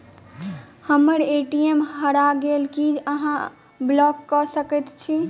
हम्मर ए.टी.एम हरा गेल की अहाँ ब्लॉक कऽ सकैत छी?